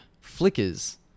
flickers